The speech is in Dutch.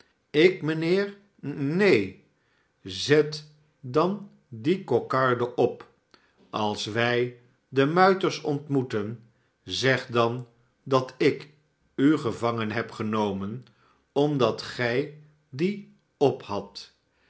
ik mijnheer ne en zet dan die kokarde op als wij de mmters ontmoeten zeg dan dat ik u gevangenheb genomen omdat gij die op